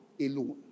alone